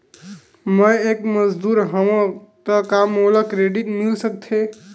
मैं ह एक मजदूर हंव त का मोला क्रेडिट मिल सकथे?